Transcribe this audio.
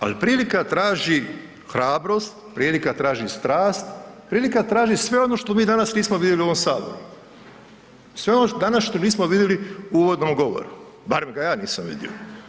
Al prilika traži hrabrost, prilika traži strast, prilika traži sve ono što mi danas nismo vidjeli u ovom saboru, sve ono danas što nismo vidjeli u uvodnom govoru, barem ga ja nisam vidio.